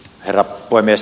herra puhemies